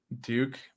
Duke